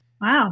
Wow